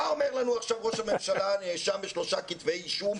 מה אומר לנו עכשיו ראש הממשלה הנאשם בשלושה כתבי אישום,